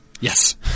Yes